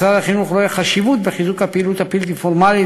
משרד החינוך רואה חשיבות בחיזוק הפעילות הבלתי-פורמלית